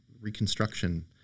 reconstruction